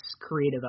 creative